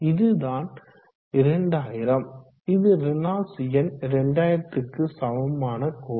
இதுதான் 2000 இது ரேனால்ட்ஸ் எண் 2000க்கு சமமான கோடு